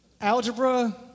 Algebra